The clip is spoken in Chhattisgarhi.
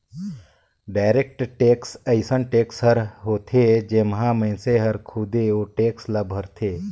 डायरेक्ट टेक्स अइसन टेक्स हर होथे जेम्हां मइनसे हर खुदे ओ टेक्स ल भरथे